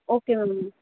okay ma'am